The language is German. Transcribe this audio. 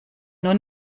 nur